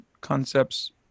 concepts